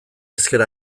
ezker